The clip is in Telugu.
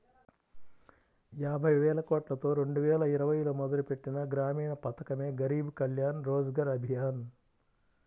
యాబైవేలకోట్లతో రెండువేల ఇరవైలో మొదలుపెట్టిన గ్రామీణ పథకమే గరీబ్ కళ్యాణ్ రోజ్గర్ అభియాన్